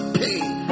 pain